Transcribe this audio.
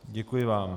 Děkuji vám.